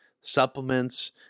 supplements